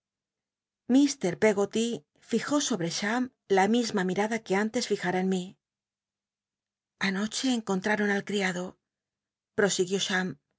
iit peggoty fijó sobre cham la mí ma mirada que antes lijara en mi anocbe encontraron al riado ptosiguió